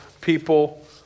people